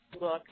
look